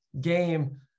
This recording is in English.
game